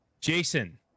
Jason